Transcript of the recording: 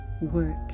work